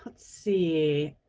but see.